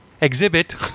exhibit